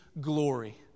glory